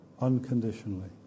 unconditionally